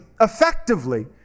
effectively